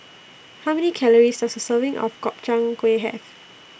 How Many Calories Does A Serving of Gobchang Gui Have